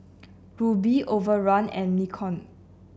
Rubi Overrun and Nikon